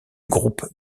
groupe